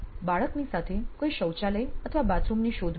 બાળકની સાથે કોઈ શૌચાલય અથવા બાથરૂમની શોધમાં છે